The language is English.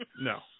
No